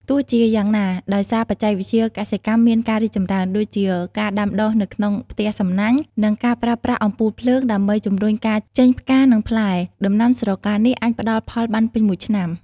ទោះជាយ៉ាងណា ដោយសារបច្ចេកវិទ្យាកសិកម្មមានការរីកចម្រើន ដូចជាការដាំដុះនៅក្នុងផ្ទះសំណាញ់ និងការប្រើប្រាស់អំពូលភ្លើងដើម្បីជំរុញការចេញផ្កា និងផ្លែ ដំណាំស្រកានាគអាចផ្តល់ផលបានពេញមួយឆ្នាំ។